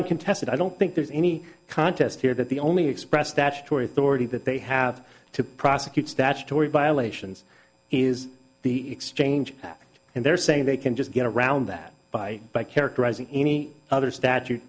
been contested i don't think there's any contest here that the only express statutory authority that they have to prosecute statutory violations is the exchange act and they're saying they can just get around that by by characterizing any other statute